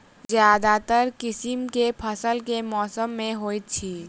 ज्यादातर किसिम केँ फसल केँ मौसम मे होइत अछि?